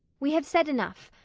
we have said enough.